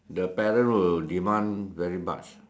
the parent will demand very much